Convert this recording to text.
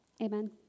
Amen